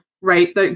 Right